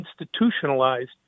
institutionalized